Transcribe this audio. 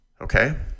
Okay